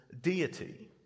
deity